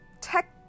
Tech